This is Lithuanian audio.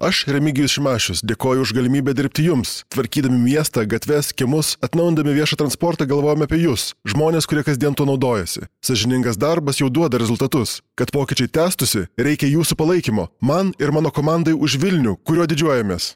aš remigijus šimašius dėkoju už galimybę dirbti jums tvarkydami miestą gatves kiemus atnaujindami viešą transportą galvojom apie jus žmones kurie kasdien tuo naudojasi sąžiningas darbas jau duoda rezultatus kad pokyčiai tęstųsi reikia jūsų palaikymo man ir mano komandai už vilnių kuriuo didžiuojamės